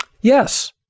Yes